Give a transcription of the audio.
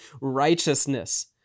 righteousness